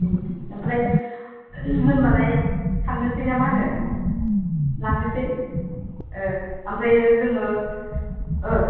ओमफ्राय होम्बालाय थांनोसै ना मा होनो लांनोसै ओमफ्रायो जोङो